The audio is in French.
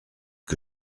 que